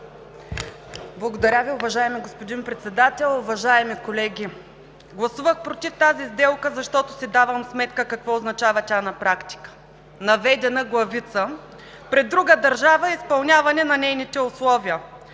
Благодаря Ви, уважаеми господин Председател. Уважаеми колеги, гласувах „против“ тази сделка, защото си давам сметка какво означава тя на практика – наведена главица пред друга държава и изпълняване на нейните условия,